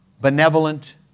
benevolent